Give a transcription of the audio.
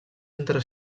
entre